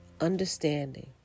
Understanding